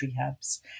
hubs